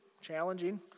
challenging